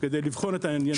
כדי לבחון את העניינים.